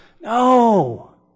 No